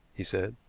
he said.